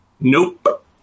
Nope